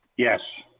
Yes